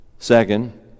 Second